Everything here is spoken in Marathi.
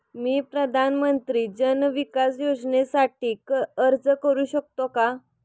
मी प्रधानमंत्री जन विकास योजनेसाठी अर्ज करू शकतो का?